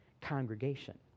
congregation